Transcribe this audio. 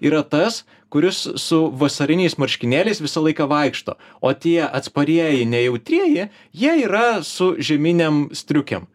yra tas kuris su vasariniais marškinėliais visą laiką vaikšto o tie atsparieji ne jautrieji jie yra su žieminėm striukėm